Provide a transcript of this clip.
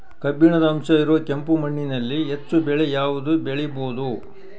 ಕಬ್ಬಿಣದ ಅಂಶ ಇರೋ ಕೆಂಪು ಮಣ್ಣಿನಲ್ಲಿ ಹೆಚ್ಚು ಬೆಳೆ ಯಾವುದು ಬೆಳಿಬೋದು?